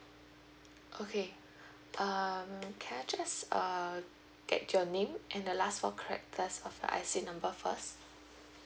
okay uh can I just uh get your name and the last four characters of your I_C number first